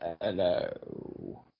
Hello